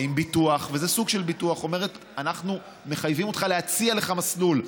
האם ביטוח: אנחנו מחייבים אותך להציע לך מסלול,